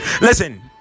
Listen